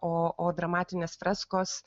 o o dramatinės freskos